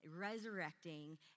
resurrecting